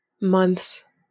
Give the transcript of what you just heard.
months